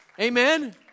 Amen